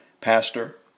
Pastor